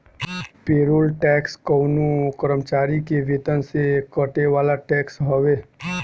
payroll tax कवनो कर्मचारी के वेतन से कटे वाला टैक्स हवे